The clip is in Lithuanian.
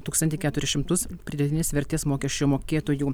tūkstantį keturis šimtus pridėtinės vertės mokesčio mokėtojų